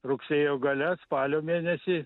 rugsėjo gale spalio mėnesį